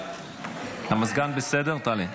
המזגן בסדר, טלי?